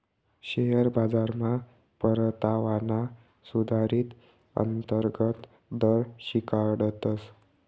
share बाजारमा परतावाना सुधारीत अंतर्गत दर शिकाडतस